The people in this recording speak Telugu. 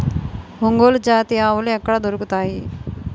ఒంగోలు జాతి ఆవులు ఎక్కడ దొరుకుతాయి?